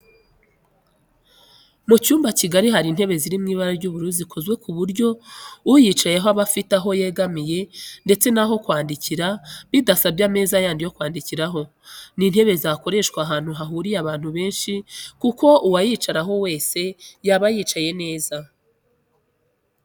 Mu cyumba kigari hari intebe ziri mu ibara ry'ubururu zikozwe ku buryo uyicayeho aba afite aho yegamira ndetse n'aho kwandikira bidasabye ameza yandi yo kwandikiraho. Ni intebe zakoreshwa ahantu hahuriye abantu benshi kuko uwayicaraho wese yaba yicaye neza